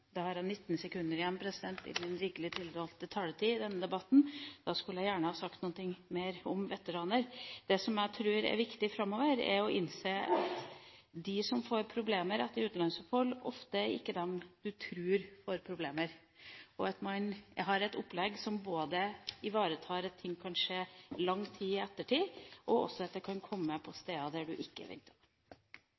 har jeg 19 sekunder igjen av min rikelig tildelte taletid i denne debatten. Jeg skulle gjerne sagt noe mer om veteraner. Det som jeg tror er viktig framover, er å innse at de som får problemer etter utenlandsopphold, ofte ikke er dem man tror får problemer, og ha et opplegg som både ivaretar at ting kan skje lang tid etterpå, og at det kan komme